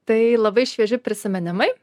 tai labai švieži prisiminimai